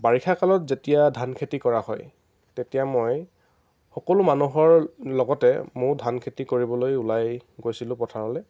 বাৰিষা কালত যেতিয়া ধান খেতি কৰা হয় তেতিয়া মই সকলো মানুহৰ লগতে ময়ো ধান খেতি কৰিবলৈ ওলাই গৈছিলোঁ পথাৰলৈ